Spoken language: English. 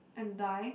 and die